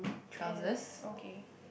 pants okay